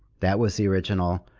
that was the original.